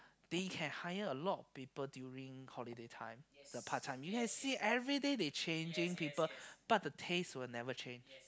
they can hire a lot of people during holiday time the part time you gonna see everyday they changing people but the taste will never change